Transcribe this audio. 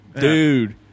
Dude